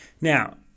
Now